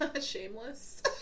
Shameless